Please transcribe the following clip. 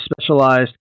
specialized